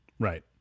Right